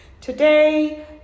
Today